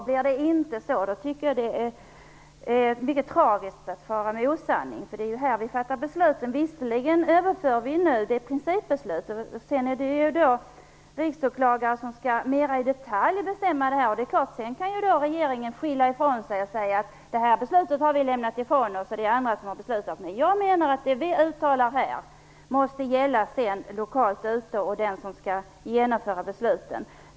Blir det inte så, tycker jag att det är mycket tragiskt att hon far med osanning. Det är här vi fattar besluten. Visserligen är detta ett principbeslut; sedan överförs frågan till Riksåklagaren som mer i detalj skall bestämma. Sedan kan ju regeringen skylla ifrån sig. Den kan säga att det här beslutet har vi lämnat ifrån oss, det är andra som har beslutat. Jag menar dock att det vi uttalar här, måste gälla lokalt ute i landet för den som genomför besluten.